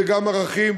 זה גם ערכים,